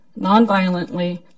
nonviolently